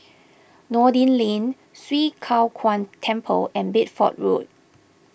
Noordin Lane Swee Kow Kuan Temple and Bedford Road